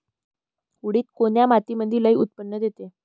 उडीद कोन्या मातीमंदी लई उत्पन्न देते?